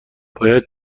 باید